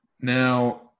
Now